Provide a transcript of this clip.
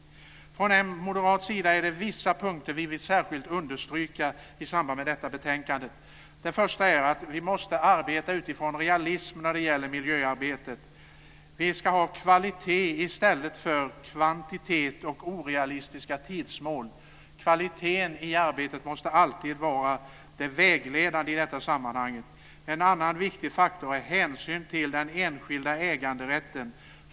Från moderat sida är det vissa punkter vi särskilt vill understryka i samband med detta betänkande. Den första är att vi måste arbeta utifrån realism i miljöarbetet. Vi ska ha kvalitet i stället för kvantitet och orealistiska tidsmål. Kvaliteten i arbetet måste alltid vara det vägledande i detta sammanhang. En annan viktig faktor är hänsyn till den enskilda äganderätten.